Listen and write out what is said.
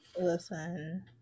listen